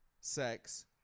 sex